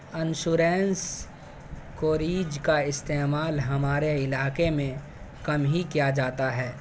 insurance coverage کا استعمال ہمارے علاقے میں کم ہی کیا جاتا ہے